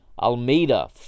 Almeida